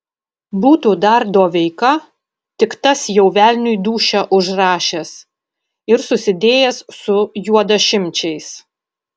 būtų dar doveika tik tas jau velniui dūšią užrašęs ir susidėjęs su juodašimčiais